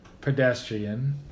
pedestrian